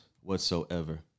whatsoever